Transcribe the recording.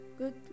Good